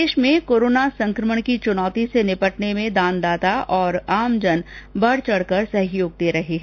प्रदेश में कोरोना संकमण की चुनौती से निपटने में दानदाता और आमजन बढचढकर सहयोग दे रहे है